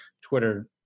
Twitter